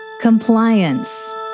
Compliance